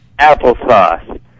Applesauce